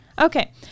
Okay